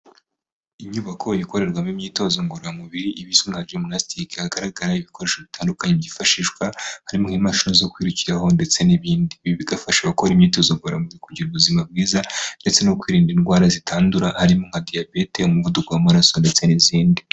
Inyubako ikorerwamo imyitozo ngororamubiri ibisu nka gymnastic hagaragara ibikoresho bitandukanye byifashishwa harimo imashini zo kwirukiraho ndetse n'ibindi ibi bigafasha aba gukora imyitozo ngororamubiri kugira ubuzima bwiza ndetse no kwirinda indwara zitandura harimo nka diyabete, umuvuduko w'amaraso ndetse n'izindi.